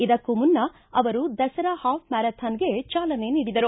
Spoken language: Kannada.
ಇದಕ್ಕೂ ಮುನ್ನ ಅವರು ದಸರಾ ಹಾಫ್ ಮ್ಯಾರಾಥಾನ್ಗೆ ಚಾಲನೆ ನೀಡಿದರು